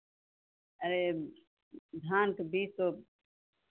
अरे धान के बीज तो